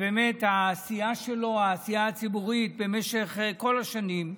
באמת, העשייה שלו, העשייה הציבורית במשך כל השנים,